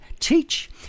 teach